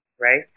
right